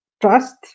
trust